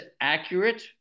accurate